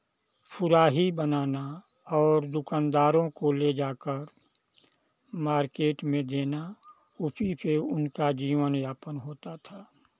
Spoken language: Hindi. सुराही बनाना और दुकानदारों को ले जा कर मार्केट में देना उसी से उनका जीवनयापन होता था